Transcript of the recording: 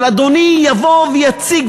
אבל אדוני יבוא ויציג,